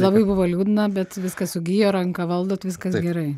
labai buvo liūdna bet viskas sugijo ranką valdot viskas gerai